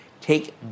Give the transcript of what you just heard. Take